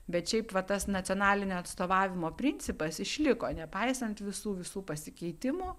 bet šiaip va tas nacionalinio atstovavimo principas išliko nepaisant visų visų pasikeitimų